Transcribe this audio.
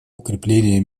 укрепления